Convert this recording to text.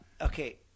Okay